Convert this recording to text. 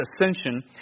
ascension